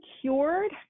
cured